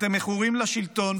אתם מכורים לשלטון,